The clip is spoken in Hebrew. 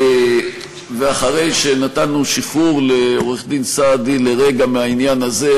ואחרי שנתנו שחרור לעורך-הדין סעדי לרגע מהעניין הזה,